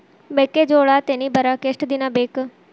ಮೆಕ್ಕೆಜೋಳಾ ತೆನಿ ಬರಾಕ್ ಎಷ್ಟ ದಿನ ಬೇಕ್?